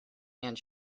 and